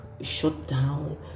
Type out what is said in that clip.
shutdown